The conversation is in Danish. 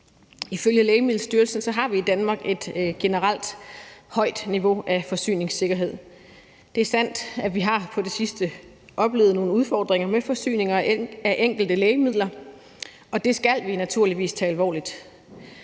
Ifølge Lægemiddelstyrelsen har vi i Danmark et generelt højt niveau af forsyningssikkerhed. Det er sandt, at vi på det sidste har oplevet nogle udfordringer med forsyninger af enkelte lægemidler, og det skal vi naturligvis tage alvorligt.